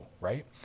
right